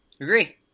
Agree